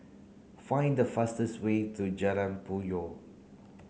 find the fastest way to Jalan Puyoh